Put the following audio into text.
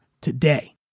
today